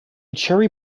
cherry